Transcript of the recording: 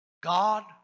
God